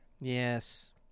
Yes